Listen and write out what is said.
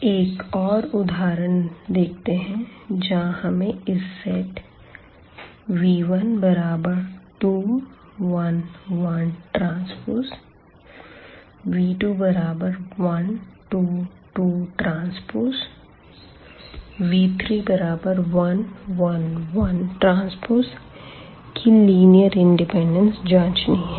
एक और उदाहरण देखते हैं जहां हमें इस सेट v1211Tv2122Tv3111Tकी लीनियर इंडिपेंडेंस जांचनी है